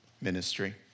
ministry